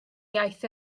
iaith